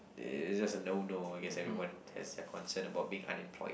it's just a no no I guess everyone has their concern about being unemployed